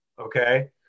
okay